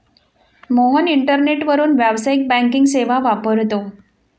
मोहन इंटरनेटवरून व्यावसायिक बँकिंग सेवा वापरतो